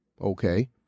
okay